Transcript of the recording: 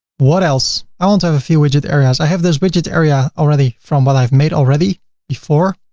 what else? i want to have a few widget areas. i have this widget area already from what i've made already before.